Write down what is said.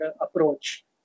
approach